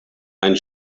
ein